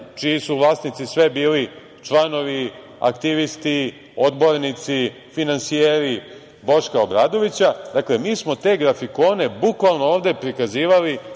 čiji su vlasnici sve bili članovi, aktivisti, odbornici, finansijeri Boška Obradovića. Dakle, mi smo te grafikone bukvalno ovde prikazivali